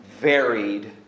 varied